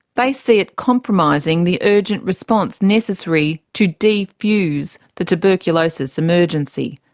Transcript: they see it compromising the urgent response necessary to defuse the tuberculosis emergency.